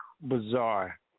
bizarre